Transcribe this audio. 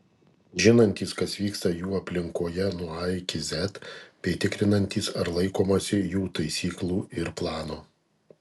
žinantys kas vyksta jų aplinkoje nuo a iki z bei tikrinantys ar laikomasi jų taisyklų ir plano